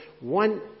One